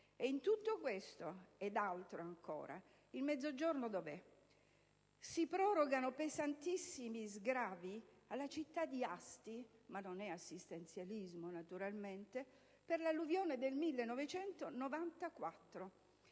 In tutto questo, ed altro ancora, il Mezzogiorno dov'è? Si prorogano pesantissimi sgravi alla città di Asti (ma non è assistenzialismo, naturalmente!) per l'alluvione del 1994.